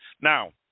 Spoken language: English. Now